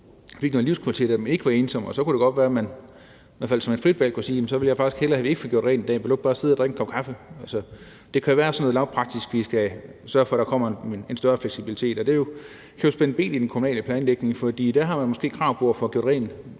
fik noget livskvalitet, så man ikke var ensom. Og så kunne det godt være, at man i hvert fald som et frit valg kunne sige: Jeg vil faktisk hellere have, at vi ikke får gjort rent i dag, men vil du ikke bare sidde og drikke en kop kaffe? Det kan være sådan noget lavpraktisk noget, hvor vi skal sørge for, at der kommer en større fleksibilitet. Og det kan jo spænde ben i den kommunale planlægning, fordi man måske dér har krav på at få gjort rent